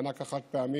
המענק החד-פעמי,